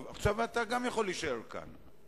תודה.